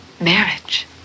marriage